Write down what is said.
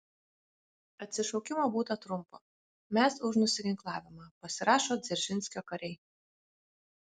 atsišaukimo būta trumpo mes už nusiginklavimą pasirašo dzeržinskio kariai